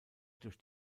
durch